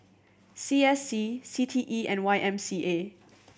C S C C T E and Y M C A